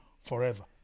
forever